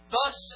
Thus